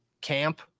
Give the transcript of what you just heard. camp